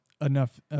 enough